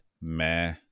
meh